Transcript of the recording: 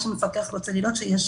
מה שהמפקח רוצה לראות שיש